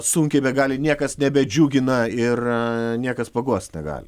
sunkiai begali niekas nebedžiugina ir niekas paguost negali